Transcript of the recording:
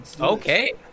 okay